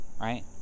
Right